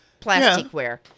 plasticware